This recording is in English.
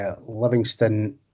Livingston